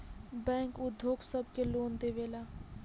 bank उद्योग सब के लोन देवेला